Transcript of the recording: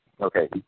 Okay